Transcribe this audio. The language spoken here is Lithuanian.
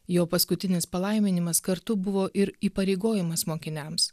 jo paskutinis palaiminimas kartu buvo ir įpareigojimas mokiniams